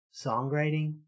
songwriting